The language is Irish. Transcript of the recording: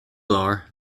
leor